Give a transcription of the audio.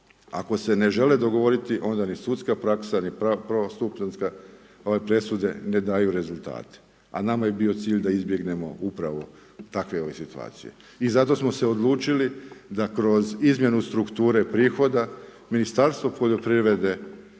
ako se ne žele dogovoriti onda ni sudska praksa ni prvostupanjske presude ne daju rezultate, a nama je bio cilj da izbjegnemo upravo takve situacije. I zato smo se odlučili da kroz izmjenu strukture prihoda Ministarstvo poljoprivrede